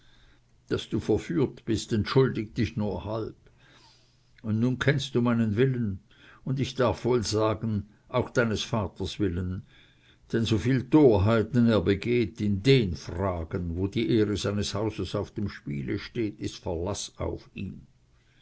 daß du verführt bist entschuldigt dich nur halb und nun kennst du meinen willen und ich darf wohl sagen auch deines vaters willen denn soviel torheiten er begeht in den fragen wo die ehre seines hauses auf dem spiele steht ist verlaß auf ihn